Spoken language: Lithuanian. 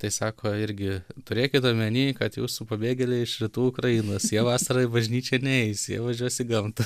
tai sako irgi turėkit omeny kad jūsų pabėgėliai iš rytų ukrainos jie vasarą į bažnyčią neis jie važiuos į gamtą